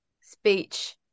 speech